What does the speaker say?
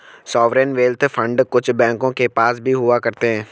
sovereign wealth fund कुछ बैंकों के पास भी हुआ करते हैं